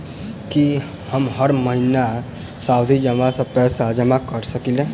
की हम हर महीना सावधि जमा सँ पैसा जमा करऽ सकलिये?